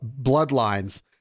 bloodlines